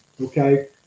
okay